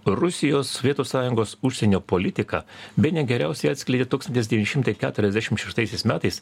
rusijos sovietų sąjungos užsienio politiką bene geriausiai atskleidė tūkstantis devyni šimtai keturiasdešimt šeštaisiais metais